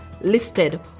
listed